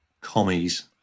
commies